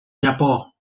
japó